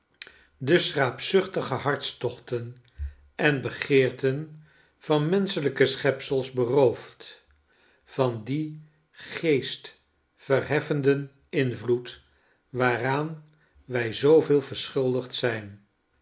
de schraapzuchtige hartstochten en begeerten van menschelijke schepsels beroofd van dien geestverheffenden invloed waaraan wij zooveel verschuldigd zijn